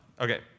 okay